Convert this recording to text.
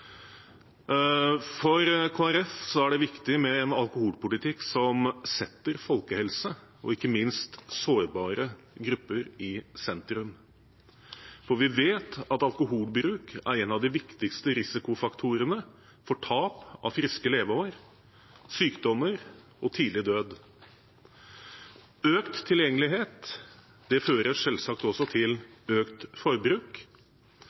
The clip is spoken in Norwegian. mot hverandre. Så også i denne saken. I alkoholpolitikken er folkehelse et viktig perspektiv, som forslaget – og forslagene – må vektes opp imot. For Kristelig Folkeparti er det viktig med en alkoholpolitikk som setter folkehelse og ikke minst sårbare grupper i sentrum, for vi vet at alkoholbruk er en av de viktigste risikofaktorene for tap av